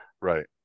right